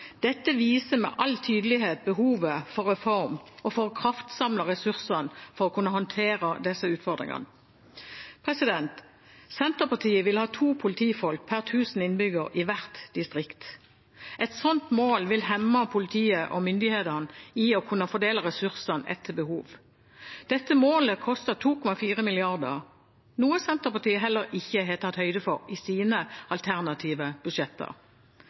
Dette viser med all tydelighet behovet for reform og for å kraftsamle ressursene for å kunne håndtere disse utfordringene. Senterpartiet vil ha to politifolk per tusen innbyggere i hvert distrikt. Et sånt mål vil hemme politiet og myndighetene i å kunne fordele ressursene etter behov. Dette målet koster 2,4 mrd. kr, noe Senterpartiet heller ikke har tatt høyde for i sine alternative budsjetter.